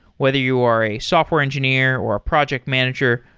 whether you are a software engineer, or a project manager,